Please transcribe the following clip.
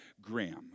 Graham